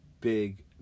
big